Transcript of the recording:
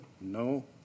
no